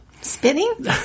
Spinning